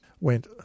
went